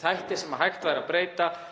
þætti sem hægt er að breyta